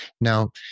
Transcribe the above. Now